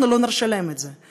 אנחנו לא נרשה להן את זה.